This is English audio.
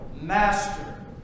Master